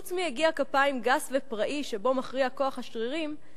חוץ מיגיע-כפיים גס ופראי שבו מכריע כוח השרירים,